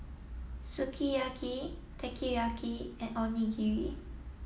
Sukiyaki Teriyaki and Onigiri